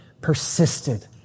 persisted